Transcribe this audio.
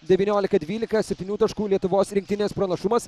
devyniolika dvylika septynių taškų lietuvos rinktinės pranašumas